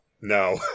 No